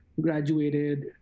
graduated